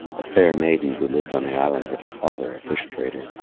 a fair maiden who lived on the island with her father, a fish trader,